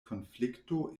konflikto